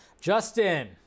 Justin